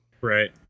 Right